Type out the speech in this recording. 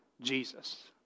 Jesus